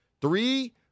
Three